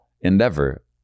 endeavor